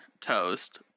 Toast